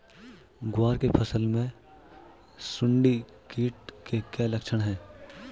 ग्वार की फसल में सुंडी कीट के क्या लक्षण है?